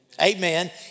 Amen